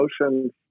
emotions